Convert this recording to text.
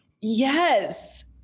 Yes